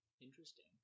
Interesting